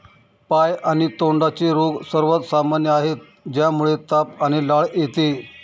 पाय आणि तोंडाचे रोग सर्वात सामान्य आहेत, ज्यामुळे ताप आणि लाळ येते